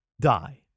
die